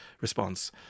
response